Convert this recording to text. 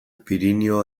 pirinio